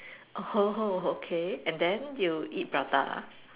[ho] [ho] okay and then they will eat prata ah